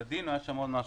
לדינו ויש שם עוד משהו.